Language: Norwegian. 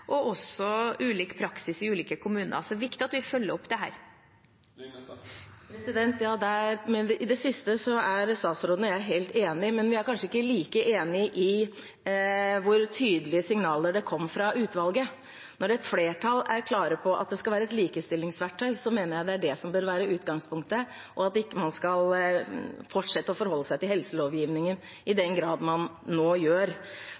og også ulik praksis i ulike kommuner. Så det er viktig at vi følger opp dette. Ja, i det siste er statsråden og jeg helt enig, men vi er kanskje ikke like enig i hvor tydelige signaler som kom fra utvalget. Når et flertall er klar på at det skal være et likestillingsverktøy, mener jeg det er det som bør være utgangspunktet, og at man ikke skal fortsette å forholde seg til helselovgivningen i den grad man nå gjør.